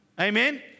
Amen